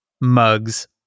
mugs